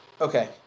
okay